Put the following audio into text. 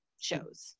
shows